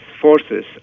forces